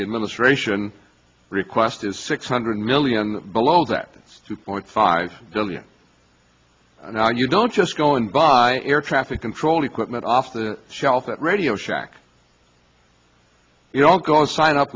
the administration request is six hundred million below that it's two point five billion now you don't just go in by air traffic control equipment off the shelf at radio shack you don't go and sign up